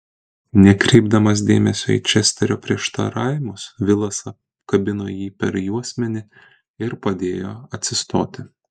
nekreipdamas dėmesio į česterio prieštaravimus vilas apkabino jį per juosmenį ir padėjo atsistoti